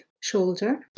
shoulder